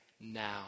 now